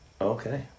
Okay